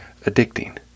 addicting